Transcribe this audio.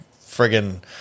Friggin